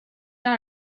not